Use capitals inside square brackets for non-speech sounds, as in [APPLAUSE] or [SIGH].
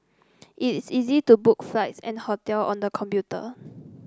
it is easy to book flights and hotel on the computer [NOISE]